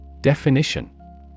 Definition